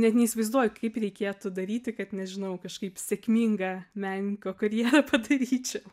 net neįsivaizduoju kaip reikėtų daryti kad nežinau kažkaip sėkmingą menininko karjerą padaryčiau